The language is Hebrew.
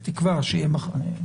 בתקווה שיהיה מחר,